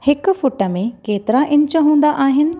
हिक फुट में केतिरा इंच हूंदा आहिनि